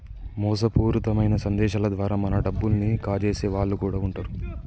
మోసపూరితమైన సందేశాల ద్వారా మన డబ్బుల్ని కాజేసే వాళ్ళు కూడా వుంటరు